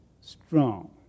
strong